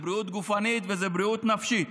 זו בריאות גופנית וזו בריאות נפשית.